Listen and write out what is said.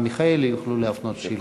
מיכאלי יוכלו להפנות שאלות נוספות.